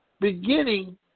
beginning